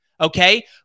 Okay